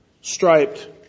striped